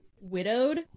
widowed